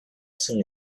soon